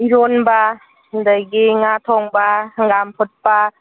ꯏꯔꯣꯟꯕ ꯑꯗꯒꯤ ꯉꯥ ꯊꯣꯡꯕ ꯍꯪꯒꯥꯝ ꯐꯨꯠꯄ